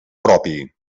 propi